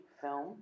film